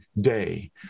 day